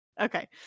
Okay